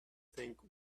think